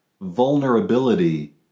vulnerability